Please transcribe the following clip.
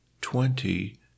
twenty